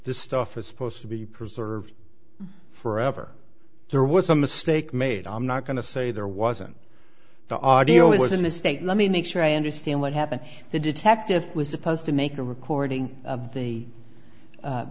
the stuff is supposed to be preserved forever there was a mistake made i'm not going to say there wasn't the audio it was a mistake let me make sure i understand what happened the detective was supposed to make a recording of the